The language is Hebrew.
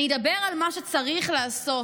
אני אדבר על מה שצריך לעשות.